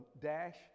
dash